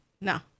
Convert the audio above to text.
No